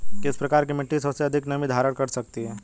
किस प्रकार की मिट्टी सबसे अधिक नमी धारण कर सकती है?